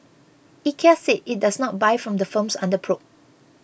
IKEA said it does not buy from the firms under probe